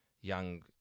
young